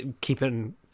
keeping